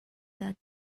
that